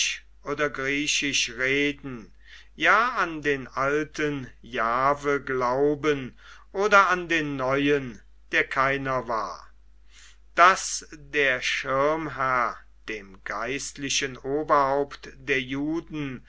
oder griechisch reden ja an den alten jahve glauben oder an den neuen der keiner war daß der schirmherr dem geistlichen oberhaupt der juden